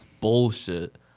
bullshit